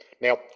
Now